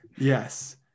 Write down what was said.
Yes